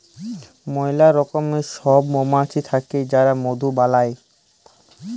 ম্যালা রকমের সব মমাছি থাক্যে যারা মধু বালাই